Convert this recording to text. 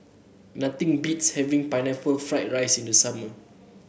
nothing beats having Pineapple Fried Rice in the summer